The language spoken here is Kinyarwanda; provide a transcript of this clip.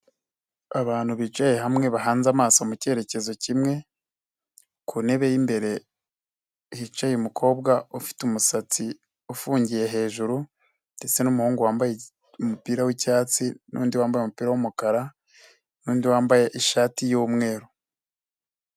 Abantu bicaye hamwe bahanze amaso mu cyeyerekezo kimwe ku ntebe y'imbere hicaye umukobwa ufite umusatsi ufungiye hejuru ndetse n'umuhungu wambaye umupira w'icyatsi n'undi wambaye umupira w'umukara n'undi wambaye ishati y'umweru.